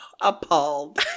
appalled